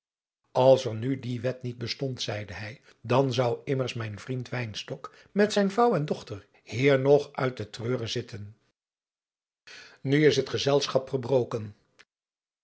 als er nu die wet niet bestond zeide hij dan zou immers mijn vriend wynstok met zijn vrouw en dochter hier nog uit den treuren zitten nu is het gezelschap gebroken